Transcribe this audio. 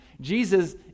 Jesus